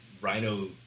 Rhino